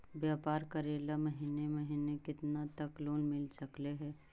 व्यापार करेल महिने महिने केतना तक लोन मिल सकले हे?